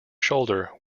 shoulder